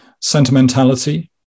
sentimentality